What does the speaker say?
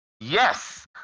Yes